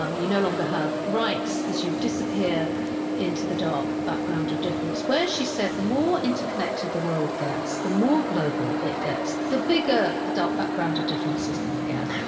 um you no longer have rights as you disappear into the dark background of difference, where, she said, the more interconnected the world gets, the more global it gets, the bigger the dark background of difference is going to get